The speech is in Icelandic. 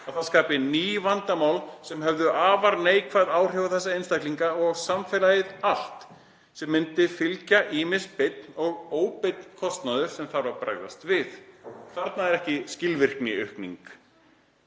að það skapi ný vandamál sem hefðu afar neikvæð áhrif á þessa einstaklinga og samfélagið allt. Sem myndi fylgja ýmis beinn og óbeinn kostnaður við að bregðast við.“ Þarna er ekki skilvirkniaukning,